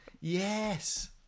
Yes